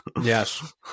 Yes